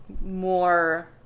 more